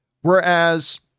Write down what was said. Whereas